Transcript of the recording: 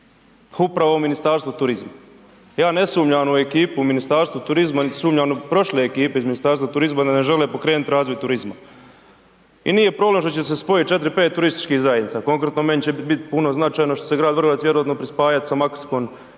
upravo Ministarstvo turizma, ja ne sumnjam u ekipu u Ministarstvu turizma, niti sumnjam u prošle ekipe iz Ministarstva turizma da ne žele pokrenut razvoj turizma. I nije problem što će se spojit 4, 5 turističkih zajednica konkretno meni će biti puno značajno što će se grad Vrgorac vjerojatno prispajat s Makarskom